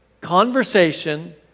conversation